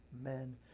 Amen